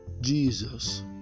Jesus